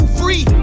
free